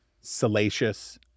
salacious